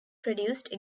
produced